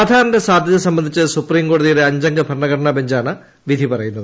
ആധാറിന്റെ സാധൃത സംബന്ധിച്ച് സുപ്രീംകോടതിയുടെ അഞ്ചംഗ ഭരണഘടന ബെഞ്ചാണ് വിധി പറയുന്നത്